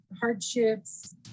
hardships